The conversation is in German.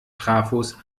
trafos